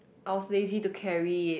I was lazy to carry it